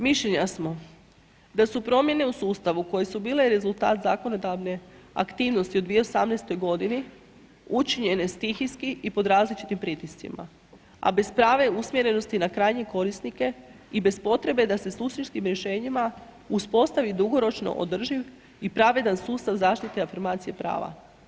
Mišljenja smo da su promjene u sustavu koje su bile rezultat zakonodavne aktivnosti u 2018. g. učinjene stihijski i pod različitim pritiscima a bez prave usmjerenosti na krajnje korisnike i bez potrebe da se suštinskim rješenjima uspostavi dugoročno održiv i pravedan sustav zaštite afirmacije prava.